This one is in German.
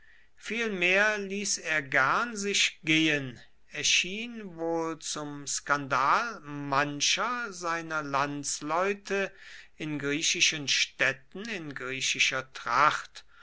vielmehr ließ er gern sich gehen erschien wohl zum skandal mancher seiner landsleute in griechischen städten in griechischer tracht